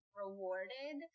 rewarded